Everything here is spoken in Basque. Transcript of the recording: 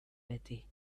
beti